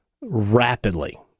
rapidly